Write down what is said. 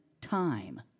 time